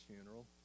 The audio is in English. funeral